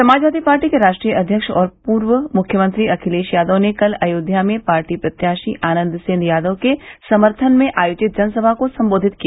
Samajwadi party के राष्ट्रीय अध्यक्ष और पूर्व मुख्यमंत्री अखिलेश यादव ने कल अयोध्या में पार्टी प्रत्याशी आनन्द सेन यादव के सम्थन में आयोजित जनसभा को संबोधित किया